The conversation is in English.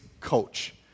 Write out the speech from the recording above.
coach